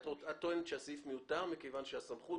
את טוענת שהסעיף מיותר מכיוון שהסמכות